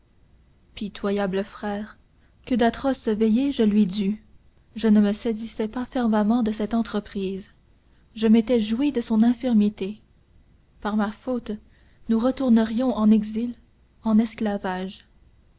pitoyable frère que d'atroces veillées je lui dus je ne me saisissais pas fervemment de cette entreprise je m'étais joué de son infirmité par ma faute nous retournerions en exil en esclavage